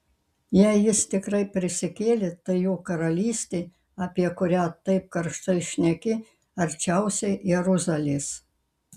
jei jis tikrai prisikėlė tai jo karalystė apie kurią taip karštai šneki arčiausiai jeruzalės